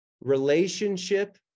Relationship